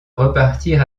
repartir